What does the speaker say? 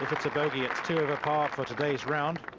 it's a bogey its two over par for today's round.